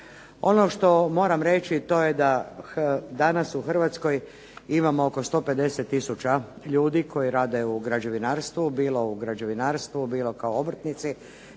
Ono što moram reći to je da danas u Hrvatskoj imamo oko 150 tisuća ljudi koji rade u građevinarstvu, bilo u građevinarstvu bilo kao obrtnici